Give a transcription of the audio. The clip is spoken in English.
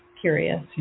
curious